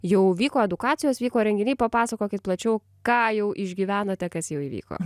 jau vyko edukacijos vyko renginiai papasakokit plačiau ką jau išgyvenote kas jau įvyko